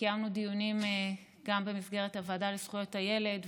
קיימנו דיונים גם במסגרת הוועדה לזכויות הילד,